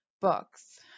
books